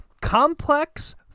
complex